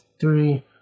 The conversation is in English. three